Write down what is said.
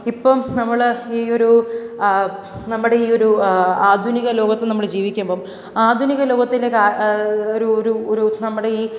ഇപ്പം നമ്മൾ ഈ ഒരു നമ്മുടെ ഈ ഒരു ആധുനിക ലോകത്ത് നമ്മൾ ജീവിക്കുമ്പം ആധുനിക ലോകത്തിലെ ഒരു ഒരു ഒരു നമ്മുടെ ഈ